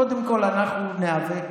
קודם כול, אנחנו ניאבק